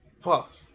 Fuck